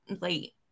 late